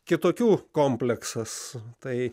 kitokių kompleksas tai